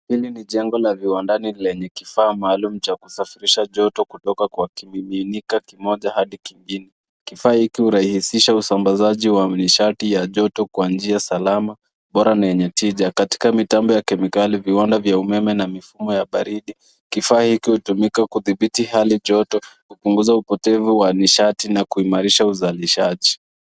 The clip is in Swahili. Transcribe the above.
Hili ni jengo la viwandani lenye kifaa maalum cha kusafirisha joto kutoka kwa kimiminika kimoja hadi kingine. Kifaa hiki hurahisisha usambazaji kwa nishati ya joto kwa njia salama bora ni yenye tija, katika mitambo ya kemikali viwanda vya umeme na mifumo ya baridi. Kifaa hiki hutumika kudhibiti hali joto, kupunguza upotevu wa nishati na kuimarisha uzalishaji.